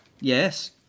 Yes